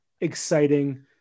exciting